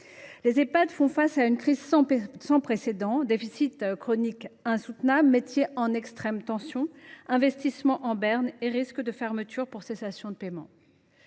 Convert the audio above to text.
Les Ehpad font face à une crise sans précédent : déficit chronique insoutenable, métiers en extrême tension, investissement en berne, risques de fermeture pour cessation de paiements.